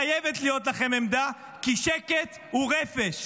חייבת להיות לכם עמדה, כי שקט הוא רפש.